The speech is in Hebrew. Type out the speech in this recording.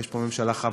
יש פה ממשלה חכמה,